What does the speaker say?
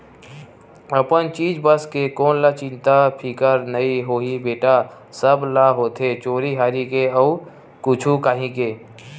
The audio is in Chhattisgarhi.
अपन चीज बस के कोन ल चिंता फिकर नइ होही बेटा, सब ल होथे चोरी हारी के अउ कुछु काही के